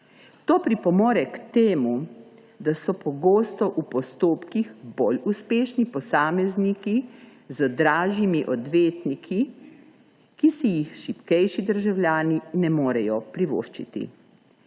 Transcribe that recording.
To pripomore k temu, da so pogosto v postopkih bolj uspešni posamezniki z dražjimi odvetniki, ki si jih šibkejši državljani ne morejo privoščiti,